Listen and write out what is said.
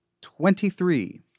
twenty-three